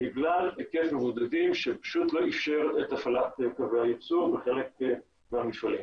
בגלל היקף מבודדים שפשוט לא אפשר את הפעלת קווי הייצור בחלק מהמפעלים.